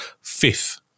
fifth